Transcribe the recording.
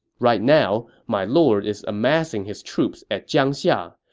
right now, my lord is amassing his troops at jiangxia.